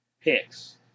picks